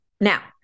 Now